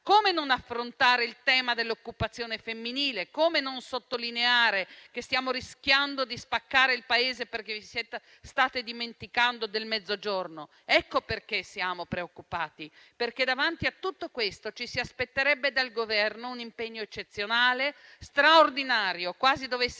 Come non affrontare il tema dell'occupazione femminile. Come non sottolineare che stiamo rischiando di spaccare il Paese perché vi state dimenticando del Mezzogiorno? Ecco perché siamo preoccupati. Davanti a tutto questo ci si aspetterebbe dal Governo un impegno eccezionale e straordinario, quasi dovesse